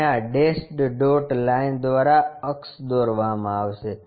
અને આ dashed dot line દ્વારા અક્ષ દોરવામાં આવશે